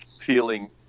feeling